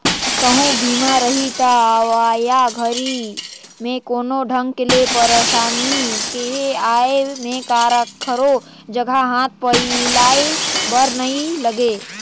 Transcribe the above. कहूँ बीमा रही त अवइया घरी मे कोनो ढंग ले परसानी के आये में काखरो जघा हाथ फइलाये बर नइ लागे